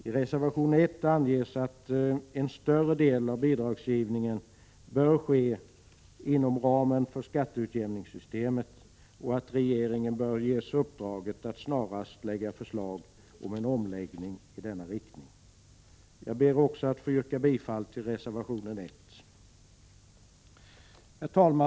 I reservation I anges att en större del av bidragsgivningen bör ske inom ramen för skatteutjämningssystemet och att regeringen bör ges uppdraget att snarast lägga fram förslag om en omläggning i denna riktning. Jag ber också att få yrka bifall till reservation 1.